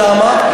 למה?